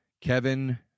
Kevin